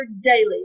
daily